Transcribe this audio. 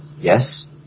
Yes